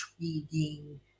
intriguing